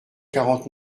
quarante